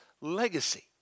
legacy